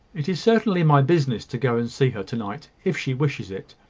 it is certainly my business to go and see her to-night, if she wishes it.